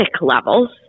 levels